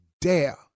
dare